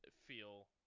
feel